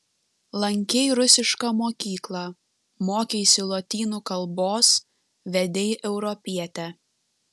lankei rusišką mokyklą mokeisi lotynų kalbos vedei europietę